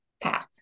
path